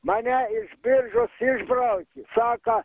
mane iš biržos išbraukė saka